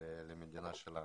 את המדינה שלנו.